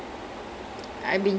mm okay